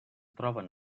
troben